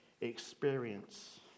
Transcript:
experience